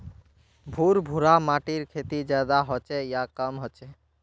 भुर भुरा माटिर खेती ज्यादा होचे या कम होचए?